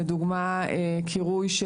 לדוגמה: קירוי של